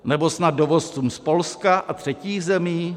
Nebo snad dovozcům z Polska a třetích zemí?